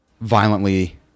violently